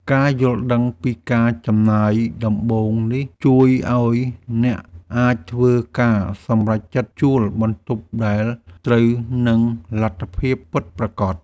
ការយល់ដឹងពីការចំណាយដំបូងនេះជួយឱ្យអ្នកអាចធ្វើការសម្រេចចិត្តជួលបន្ទប់ដែលត្រូវនឹងលទ្ធភាពពិតប្រាកដ។